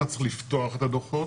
אתה צריך לפתוח את הדוחות,